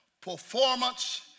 performance